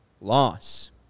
loss